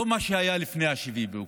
ולא מה שהיה לפני 7 באוקטובר.